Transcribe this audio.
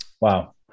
wow